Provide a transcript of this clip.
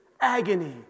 Agony